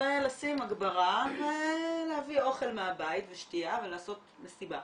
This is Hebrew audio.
לשים הגברה ולהביא אוכל ושתיה מהבית ולעשות מסיבה.